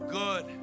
good